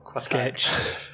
sketched